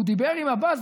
והוא דיבר עם עבאס,